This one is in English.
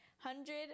hundred